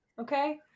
Okay